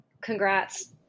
Congrats